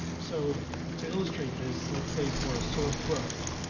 so to illustrate this, let's say for a sore throat,